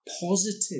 positive